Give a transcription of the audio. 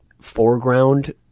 foreground